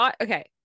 okay